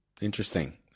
interesting